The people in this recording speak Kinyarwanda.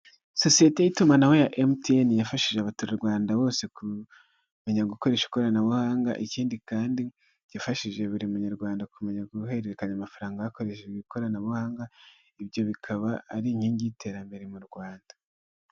Sosiyete y'itumanaho ya MTN yafashije abaturarwanda bose kumenya gukoresha ikoranabuhanga, ikindi kandi yafashije buri munyarwanda kumenya guhererekanya amafaranga hakoreshejwe ikoranabuhanga, ibyo bikaba ari inkingi y'iterambere mu rRwanda.